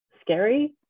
scary